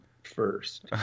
first